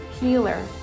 healer